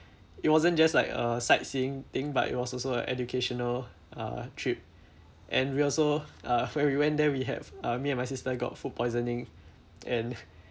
it wasn't just like uh sightseeing thing but it was also a educational uh trip and we also uh when we went there we have uh me and my sister got food poisoning and